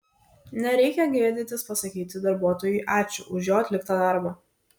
nereikia gėdytis pasakyti darbuotojui ačiū už jo atliktą darbą